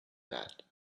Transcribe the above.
that